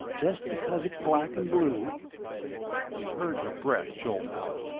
just because it's black and blue he heard her breath jolt out,